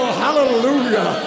hallelujah